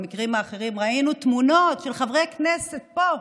במקרים האחרים ראינו תמונות של חברי כנסת פה,